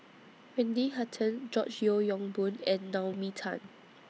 Wendy Hutton George Yeo Yong Boon and Naomi Tan